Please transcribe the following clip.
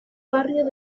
barrio